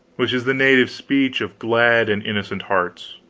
which is the native speech of glad and innocent hearts.